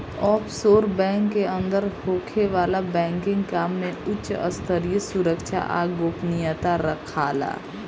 offshore bank के अंदर होखे वाला बैंकिंग काम में उच स्तरीय सुरक्षा आ गोपनीयता राखाला